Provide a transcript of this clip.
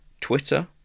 Twitter